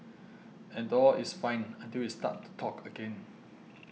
and all is fine until it start to talk again